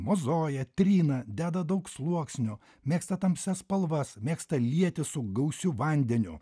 mozoja trina deda daug sluoksnių mėgsta tamsias spalvas mėgsta lieti su gausiu vandeniu